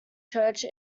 church